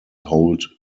hold